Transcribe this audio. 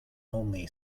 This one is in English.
only